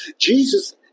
Jesus